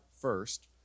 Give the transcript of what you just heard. first